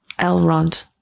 Elrond